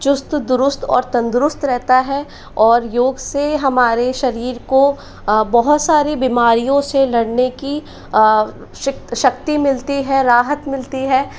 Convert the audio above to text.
चुस्त दुरुस्त और तंदरुस्त रहता है और योग से हमारे शरीर को बहुत सारी बीमारियों से लड़ने की शक्ति मिलती है राहत मिलती है